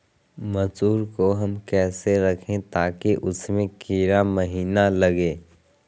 मसूर को हम कैसे रखे ताकि उसमे कीड़ा महिना लगे?